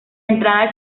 entrada